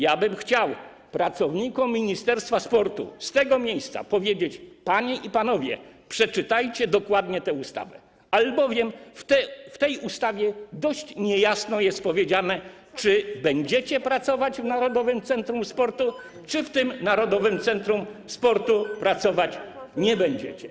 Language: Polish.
Ja bym chciał pracownikom Ministerstwa Sportu z tego miejsca powiedzieć: Panie i panowie, przeczytajcie dokładnie tę ustawę, albowiem w tej ustawie dość niejasno jest powiedziane, czy będziecie pracować w Narodowym Centrum Sportu, czy w tym Narodowym Centrum Sportu pracować nie będziecie.